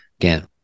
Again